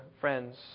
friends